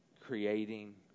creating